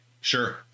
Sure